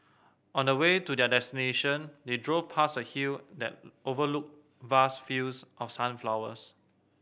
on the way to their destination they drove past a hill that overlooked vast fields of sunflowers